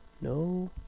no